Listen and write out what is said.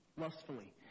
lustfully